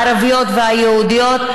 הערבית והיהודית,